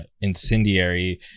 incendiary